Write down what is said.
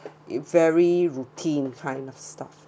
very routine kind of stuff